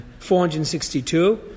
462